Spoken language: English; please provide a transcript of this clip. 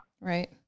Right